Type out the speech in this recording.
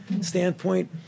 standpoint